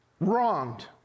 wronged